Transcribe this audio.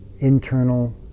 internal